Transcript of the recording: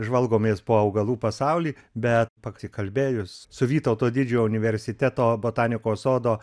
žvalgomės po augalų pasaulį bet pasikalbėjus su vytauto didžiojo universiteto botanikos sodo